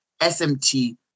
SMT